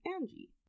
angie